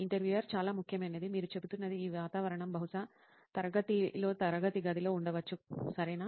interviewer చాలా ముఖ్యమైనది మీరు చెబుతున్నది ఈ వాతావరణం బహుశా తరగతిలో తరగతి గదిలో ఉండవచ్చు సరేనా